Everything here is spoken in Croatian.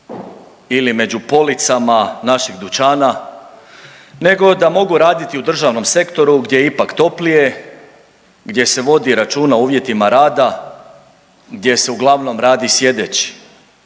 ili među policama naših dućana nego da mogu raditi u državnom sektoru gdje je ipak toplije, gdje se vodi računa o uvjetima rada, gdje se uglavnom radi sjedeći.